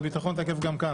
תקיפה גם כאן.